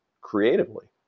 creatively